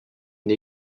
une